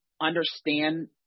understand